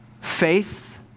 faith